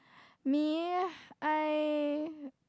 me I